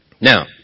Now